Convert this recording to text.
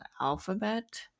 alphabet